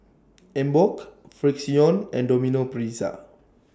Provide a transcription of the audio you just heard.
Emborg Frixion and Domino Pizza